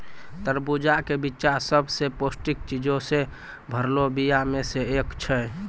तरबूजा के बिच्चा सभ से पौष्टिक चीजो से भरलो बीया मे से एक छै